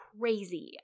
crazy